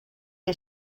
que